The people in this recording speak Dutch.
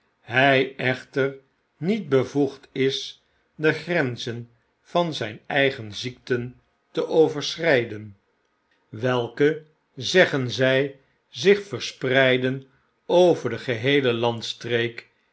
hjj echter niet bevoegd is de grenzen van zijn eigen ziekten te overschrjjden welke zeggen zn zich verspreiden over de geheele landstreek